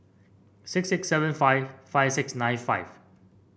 six eight seven five five six nine five